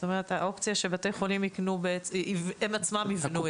זאת אומרת, האופציה שבתי חולים עצמם יבנו.